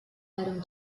adam